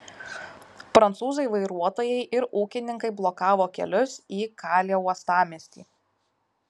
prancūzai vairuotojai ir ūkininkai blokavo kelius į kalė uostamiestį